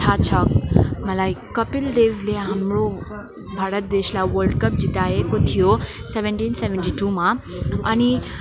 थाहा छ मलाई कपिल देवले हाम्रो भारत देशलाई वर्ल्ड कप जिताएको थियो सेभेन्टिन सेभेन्टी टुमा अनि